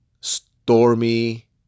stormy